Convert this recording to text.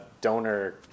donor